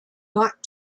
not